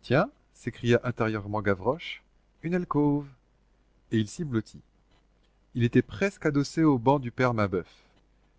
tiens s'écria intérieurement gavroche une alcôve et il s'y blottit il était presque adossé au banc du père mabeuf